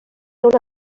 una